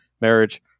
marriage